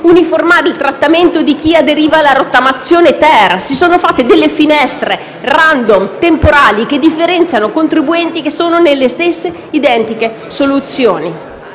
uniformare il trattamento di chi aderiva alla rottamazione-*ter*. Si sono fatte delle finestre *random*, temporali, che differenziano contribuenti che sono nelle stesse identiche situazioni.